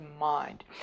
mind